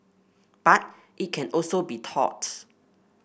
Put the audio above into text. but it can also be taught